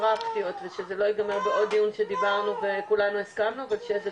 פרקטיות ושזה לא יגמר בעוד דיון שדיברנו וכולנו הסכמנו ושיש איזה